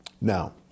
Now